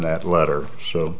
that letter so